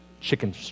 chicken